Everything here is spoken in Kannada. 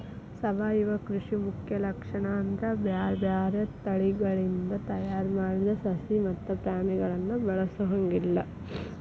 ಸಾವಯವ ಕೃಷಿ ಮುಖ್ಯ ಲಕ್ಷಣ ಅಂದ್ರ ಬ್ಯಾರ್ಬ್ಯಾರೇ ತಳಿಗಳಿಂದ ತಯಾರ್ ಮಾಡಿದ ಸಸಿ ಮತ್ತ ಪ್ರಾಣಿಗಳನ್ನ ಬಳಸೊಂಗಿಲ್ಲ